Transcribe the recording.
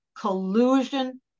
collusion